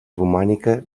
romànica